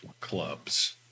Clubs